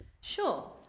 Sure